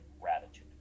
gratitude